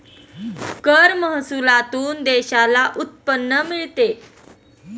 कर महसुलातून देशाला उत्पन्न मिळते